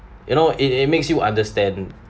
you know it it makes you understand